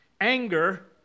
anger